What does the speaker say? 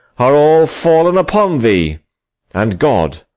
are all fallen upon thee and god,